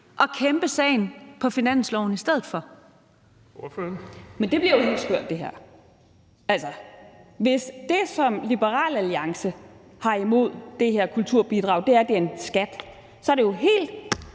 Stampe (RV): Men det her bliver jo helt skørt. Altså, hvis det, som Liberal Alliance har imod det her kulturbidrag, er, at det er en skat, så er det jo helt